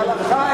הלכה,